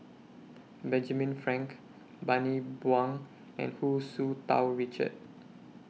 Benjamin Frank Bani Buang and Hu Tsu Tau Richard